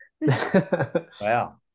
Wow